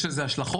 יש לזה השלכות.